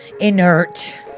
inert